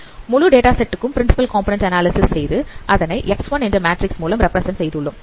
முழு data set க்கும் principal component analysis செய்து அதனை X என்ற மேட்ரிக்ஸ் மூலம் ரெப்பிரசன்ட் செய்துள்ளோம்